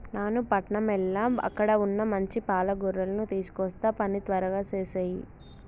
నాను పట్టణం ఎల్ల అక్కడ వున్న మంచి పాల గొర్రెలను తీసుకొస్తా పని త్వరగా సేసేయి